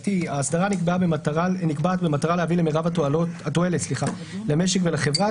(2) האסדרה נקבעת במטרה להביא למרב התועלת למשק ולחברה,